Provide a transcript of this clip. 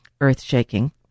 earth-shaking